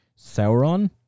Sauron